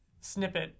snippet